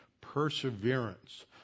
perseverance